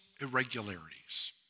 irregularities